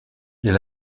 est